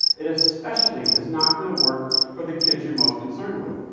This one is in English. it especially is not going to work for the kids you're most concerned with.